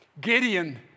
Gideon